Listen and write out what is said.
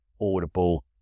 Audible